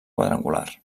quadrangular